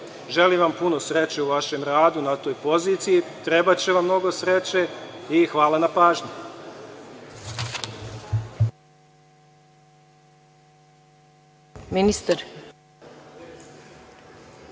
put? Želim vam puno sreće u vašem radu na toj poziciji, trebaće vam mnogo sreće, i hvala na pažnji.